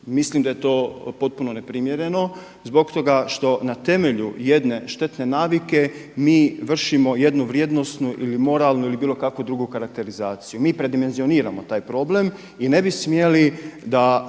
Mislim da je to potpuno neprimjereno. Zbog toga što na temelju jedne štetne navike mi vršimo jednu vrijednosnu ili moralnu ili bilo kakvu drugu karakterizaciju, mi predimenzioniramo taj problem. I ne bi smjeli da